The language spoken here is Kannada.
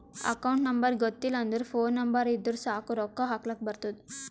ಅಕೌಂಟ್ ನಂಬರ್ ಗೊತ್ತಿಲ್ಲ ಅಂದುರ್ ಫೋನ್ ನಂಬರ್ ಇದ್ದುರ್ ಸಾಕ್ ರೊಕ್ಕಾ ಹಾಕ್ಲಕ್ ಬರ್ತುದ್